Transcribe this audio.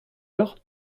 heure